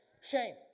Shame